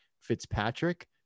Fitzpatrick